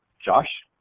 josh.